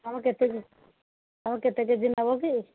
ଆଉ କେତେ ଆଉ କେତେ କେଜି ନେବ କି